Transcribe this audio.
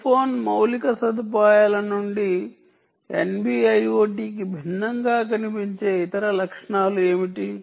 cell phone మౌలిక సదుపాయాల నుండి NB IoT కి భిన్నంగా కనిపించే ఇతర లక్షణాలు ఏమిటి